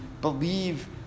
believe